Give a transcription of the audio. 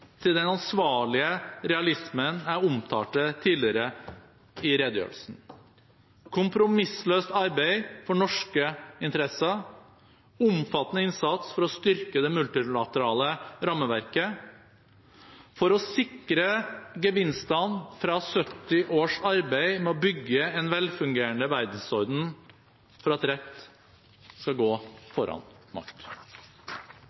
til den ansvarlige realismen jeg omtalte tidligere i redegjørelsen: kompromissløst arbeid for norske interesser, omfattende innsats for å styrke det multilaterale rammeverket, for å sikre gevinstene fra 70 års arbeid med å bygge en velfungerende verdensorden, for at rett skal gå